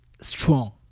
strong